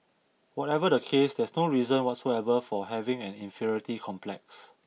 whatever the case there's no reason whatsoever for having an inferiority complex